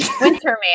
Winterman